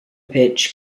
pitch